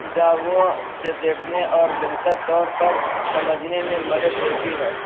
زاویوں سے دیکھنے اور بہتر طور پر سمجھنے میں مدد دیتی ہے